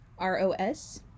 ROS